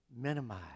minimize